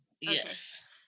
Yes